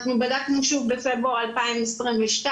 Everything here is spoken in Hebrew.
אנחנו בדקנו שוב בפברואר 2022,